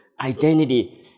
identity